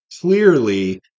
clearly